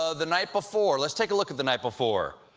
ah the night before. let's take a look at the night before.